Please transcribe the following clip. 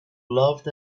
loved